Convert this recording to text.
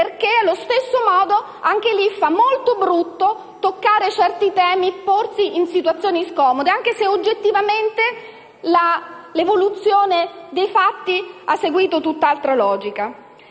perché, allo stesso modo, anche lì sembra molto brutto toccare certi temi e porsi in situazioni scomode anche se, oggettivamente, l'evoluzione dei fatti ha seguito tutt'altra logica.